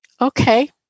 Okay